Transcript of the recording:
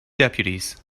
deputies